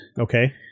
Okay